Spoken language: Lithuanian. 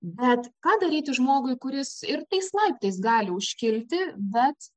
bet ką daryti žmogui kuris ir tais laiptais gali užkilti bet